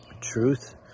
truth